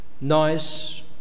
nice